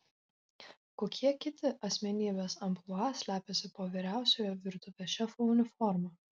kokie kiti asmenybės amplua slepiasi po vyriausiojo virtuvės šefo uniforma